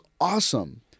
awesome